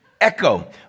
Echo